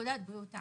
פקודת בריאות העם,